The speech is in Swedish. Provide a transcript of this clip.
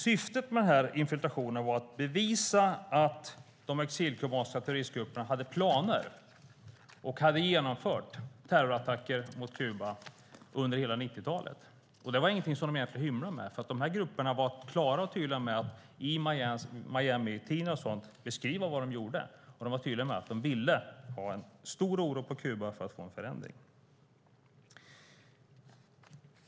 Syftet med infiltrationen var att bevisa att de exilkubanska terroristgrupperna hade planer på att genomföra och hade genomfört terrorattacker mot Kuba under hela 90-talet. Detta var inget dessa grupper hymlade med, för de var klara och tydliga med att i bland annat Miamitidningar beskriva vad de gjorde. De var tydliga med att de vill ha stor oro på Kuba för att få en förändring.